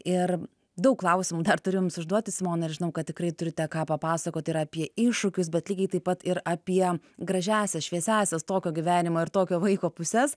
ir daug klausimų dar turiu jums užduoti simoną ir žinau kad tikrai turite ką papasakoti ir apie iššūkius bet lygiai taip pat ir apie gražiąsias šviesiąsias tokio gyvenimo ir tokio vaiko puses